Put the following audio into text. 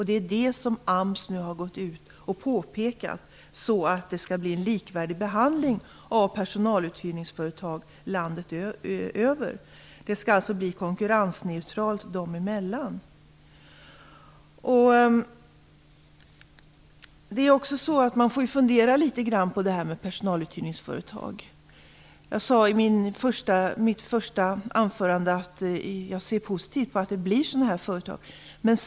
Det är detta som AMS nu har gått ut och påpekat så att det skall bli en likvärdig behandling av personaluthyrningsföretag landet över. Det skall alltså råda konkurrensneutralitet företagen emellan. Man måste fundera litet grand över detta med personaluthyrningsföretag. Jag sade i mitt första inlägg att jag ser positivt på den här typen av företag.